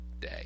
day